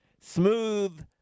Smooth